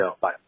bye